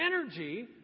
energy